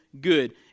Good